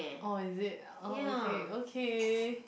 oh is it oh okay okay